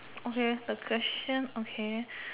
okay the question okay